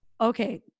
okay